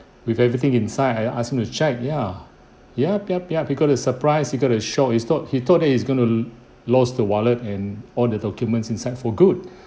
with everything inside I ask him to check ya yup yup yup he got a surprise he got a shock is not he thought that he's going to lose the wallet and all the documents inside for good